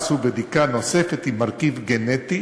עשו בדיקה נוספת עם מרכיב גנטי,